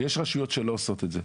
יש רשויות שלא עושות זאת.